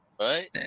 Right